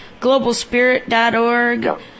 GlobalSpirit.org